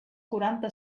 quaranta